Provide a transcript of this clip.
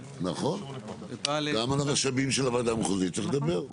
נכון, גם על השמאים של הוועדה המחוזית צריך לדבר.